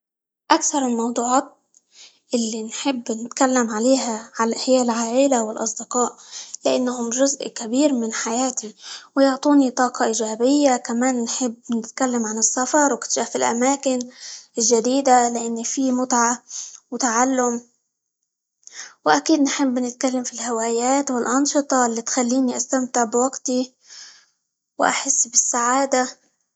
أكثر الموضوعات اللي نحب نتكلم عليها -ع- هي العائلة، والأصدقاء؛ لأنهم جزء كبير من حياتي، ويعطوني طاقة إيجابية، كمان نحب نتكلم عن السفر، واكتشاف الأماكن الجديدة؛ لإن فيه متعة، وتعلم، وأكيد نحب نتكلم في الهوايات، والأنشطة، اللي تخليني استمتع بوقتي، وأحسن بالسعادة.